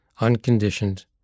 unconditioned